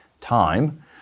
time